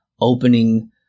opening